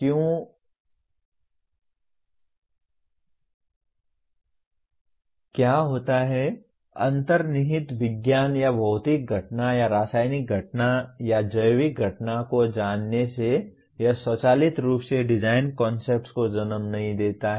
क्या होता है अंतर्निहित विज्ञान या भौतिक घटना या रासायनिक घटना या जैविक घटना को जानने से यह स्वचालित रूप से डिज़ाइन कन्सेप्ट्स को जन्म नहीं देता है